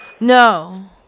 No